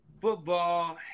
football